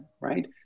right